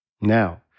Now